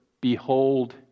Behold